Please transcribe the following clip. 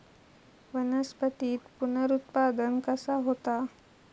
वनस्पतीत पुनरुत्पादन कसा होता?